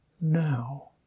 now